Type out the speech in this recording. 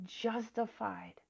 justified